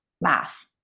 math